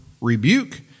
rebuke